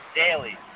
daily